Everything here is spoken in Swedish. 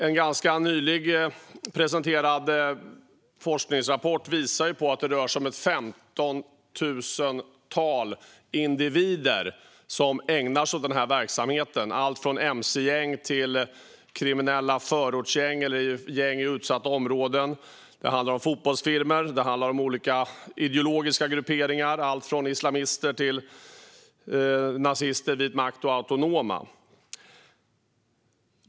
En ganska nyligen presenterad forskningsrapport visar att det rör sig om ett 15 000-tal individer som ägnar sig åt den här verksamheten. Det är mc-gäng, kriminella förortsgäng eller gäng i utsatta områden, fotbollsfirmor, olika ideologiska grupperingar, alltifrån islamister till nazister, vit makt och autonoma.